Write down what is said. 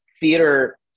theater